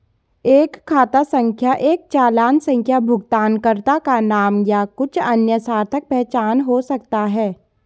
एक खाता संख्या एक चालान संख्या भुगतानकर्ता का नाम या कुछ अन्य सार्थक पहचान हो सकता है